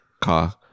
car